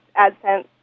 AdSense